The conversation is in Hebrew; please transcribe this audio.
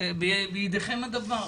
בידיכם הדבר.